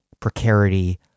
precarity